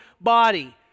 body